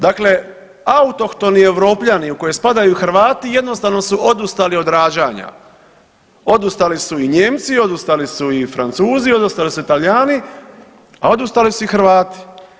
Dakle, autohtoni Europljani u koje spadaju i Hrvati jednostavno su odustali od rađanja, odustali su i Nijemci, odustali su i Francuzi, odustali su i Talijani, a odustali su i Hrvati.